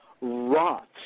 rot